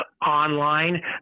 online